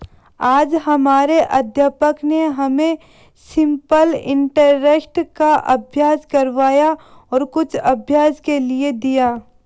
आज हमारे अध्यापक ने हमें सिंपल इंटरेस्ट का अभ्यास करवाया और कुछ अभ्यास के लिए दिया